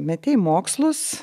metei mokslus